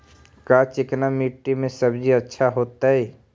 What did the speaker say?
का चिकना मट्टी में सब्जी अच्छा होतै?